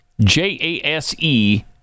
J-A-S-E